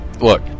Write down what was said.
Look